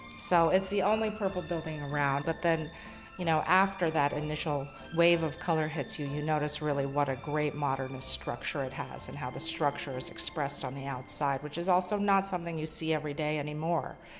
so it's the only purple building around, but then you know after that initial wave of color hits you, you notice really what a great modernist structure it has and how the structure is expressed on the outside, which is also not something you see every day anymore.